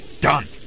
Done